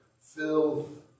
filled